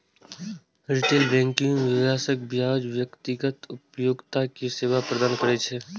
retail banking व्यवसायक बजाय व्यक्तिगत उपभोक्ता कें सेवा प्रदान करै छै